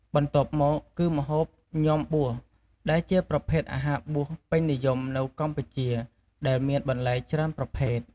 បន្ទាប់មកគឺម្ហូប “ញាំបួស” ដែលជាប្រភេទអាហារបួសពេញនិយមនៅកម្ពុជា ដោយមានបន្លែច្រើនប្រភេទ។